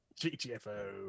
GTFO